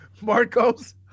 Marcos